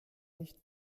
nicht